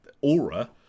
aura